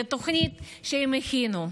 לתוכנית שהם הכינו.